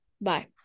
Bye